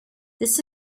this